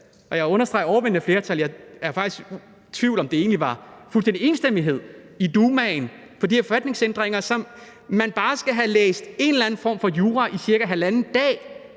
at det var med overvældende flertal, og jeg er faktisk i tvivl om, om der egentlig var fuldstændig enstemmighed i Dumaen for de her forfatningsændringer, hvor man bare skal have læst en eller anden form for jura i cirka halvanden dag